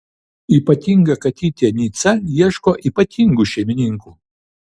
ypatinga katytė nica ieško ypatingų šeimininkų